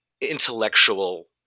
intellectual